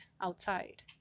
outside